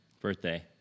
birthday